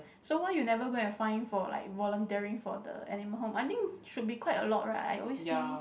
so why you never go and find for like volunteering for the animal home I think should be quite a lot right I always see